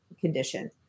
condition